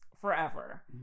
forever